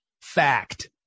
fact